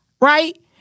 right